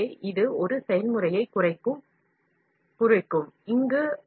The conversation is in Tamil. மாறாக நான் முறையை கடந்து செல்கிறேன்